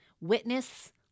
witness